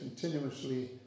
continuously